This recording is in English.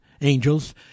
angels